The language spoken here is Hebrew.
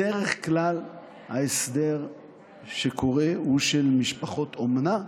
בדרך כלל ההסדר שקורה הוא של משפחות אומנה,